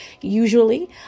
Usually